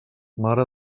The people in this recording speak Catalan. mare